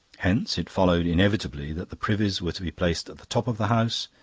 hence it followed inevitably that the privies were to be placed at the top of the house,